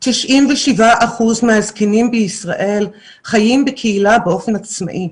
97% מהזקנים בישראל חיים בקהילה באופן עצמאי.